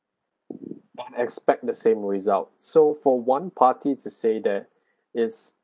but expect the same result so for one party to say that is